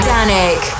Danik